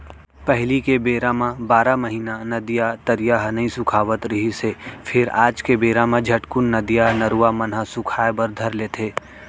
पहिली के बेरा म बारह महिना नदिया, तरिया ह नइ सुखावत रिहिस हे फेर आज के बेरा म झटकून नदिया, नरूवा मन ह सुखाय बर धर लेथे